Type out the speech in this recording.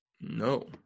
No